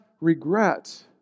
regret